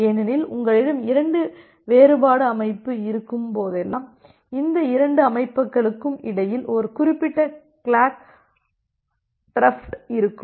ஏனெனில் உங்களிடம் 2 வேறுபாடு அமைப்பு இருக்கும் போதெல்லாம் இந்த 2 அமைப்புகளுக்கு இடையில் ஒரு குறிப்பிட்ட கிளாக் டிரப்ட் இருக்கும்